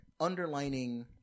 underlining –